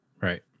Right